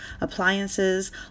appliances